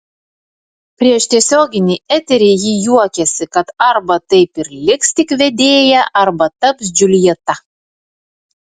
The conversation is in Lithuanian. prieš tiesioginį eterį ji juokėsi kad arba taip ir liks tik vedėja arba taps džiuljeta